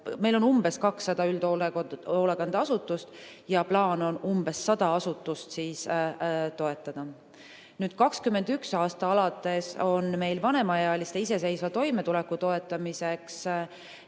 Meil on umbes 200 üldhoolekandeasutust ja plaan on umbes 100 asutust toetada. 2021. aastast alates on meil vanemaealiste iseseisva toimetuleku toetamiseks